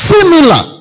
Similar